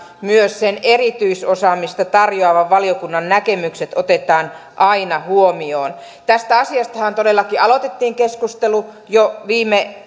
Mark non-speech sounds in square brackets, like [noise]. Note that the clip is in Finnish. myös erityisosaamista tarjoavan valiokunnan näkemykset otetaan aina huomioon tästä asiastahan todellakin aloitettiin keskustelu jo viime [unintelligible]